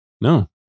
No